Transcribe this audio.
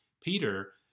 Peter